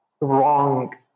wrong